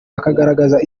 akagaragaza